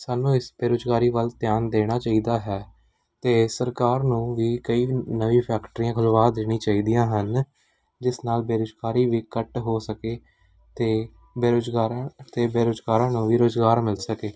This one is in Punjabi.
ਸਾਨੂੰ ਇਸ ਬੇਰੁਜ਼ਗਾਰੀ ਵੱਲ ਧਿਆਨ ਦੇਣਾ ਚਾਹੀਦਾ ਹੈ ਅਤੇ ਸਰਕਾਰ ਨੂੰ ਵੀ ਕਈ ਨਵੀਂ ਫੈਕਟਰੀਆਂ ਖੁੱਲ੍ਹਵਾ ਦੇਣੀ ਚਾਹੀਦੀਆਂ ਹਨ ਜਿਸ ਨਾਲ ਬੇਰੁਜ਼ਗਾਰੀ ਵੀ ਘੱਟ ਹੋ ਸਕੇ ਅਤੇ ਬੇਰੁਜ਼ਗਾਰਾਂ ਅਤੇ ਬੇਰੁਜ਼ਗਾਰਾਂ ਨੂੰ ਵੀ ਰੁਜ਼ਗਾਰ ਮਿਲ ਸਕੇ